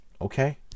okay